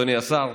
אדוני השר,